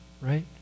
Right